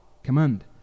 Command